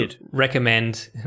recommend